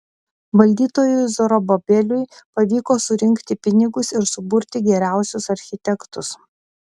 valdytojui zorobabeliui pavyko surinkti pinigus ir suburti geriausius architektus